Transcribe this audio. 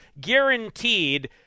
guaranteed